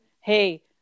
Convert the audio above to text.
Hey